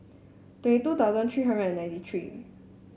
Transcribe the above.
twenty two thousand three hundred and ninety three